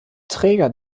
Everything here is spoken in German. träger